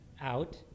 out